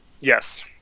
Yes